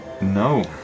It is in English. No